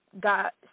got